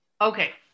Okay